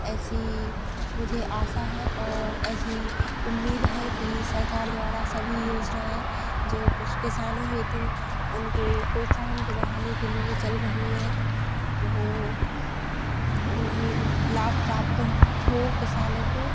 ऐसी मुझे आशा है और ऐसी उम्मीद है कि सरकार द्वारा सभी योजनाएँ जो कृष किसानों हेतु उनके प्रोत्साहन को बढ़ाने के लिए चल रहीं हैं वो उन्हें लाभ प्राप्त हो हो किसानों को